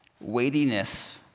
weightiness